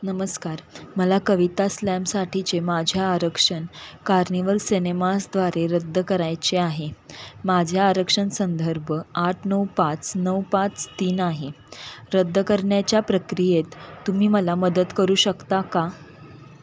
नमस्कार मला कविता स्लॅमसाठीचे माझ्या आरक्षण कार्निवल सेनेमासद्वारे रद्द करायचे आहे माझा आरक्षण संदर्भ आठ नऊ पाच नऊ पाच तीन आहे रद्द करण्याच्या प्रक्रियेत तुम्ही मला मदत करू शकता का